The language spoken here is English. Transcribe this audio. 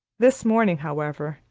this morning, however,